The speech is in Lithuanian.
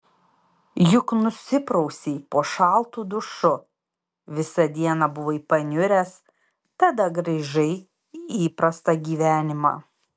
juk nusiprausei po šaltu dušu visą dieną buvai paniuręs tada grįžai į įprastą gyvenimą